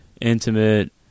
intimate